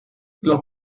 los